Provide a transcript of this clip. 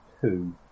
two